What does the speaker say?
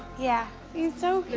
yeah. he's so